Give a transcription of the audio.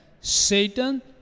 Satan